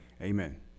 amen